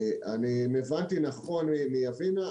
אם הבנתי נכון מיבינה,